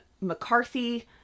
McCarthy